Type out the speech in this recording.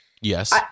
Yes